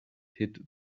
hid